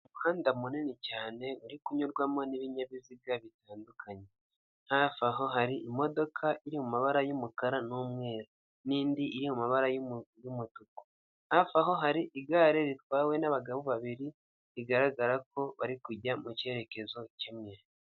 Umuhanda munini cyane, uri kunyurwamo n'ibinyabiziga bitandukanye. Hafi aho hari imodoka iri mu mabara y'umukara n'umweru. N'indi iyo mabara y'umutuku. Hafi aho hari igare ritwawe n'abagabo babiri, bigaragara ko bari kujya mu cyerekezo kimwe.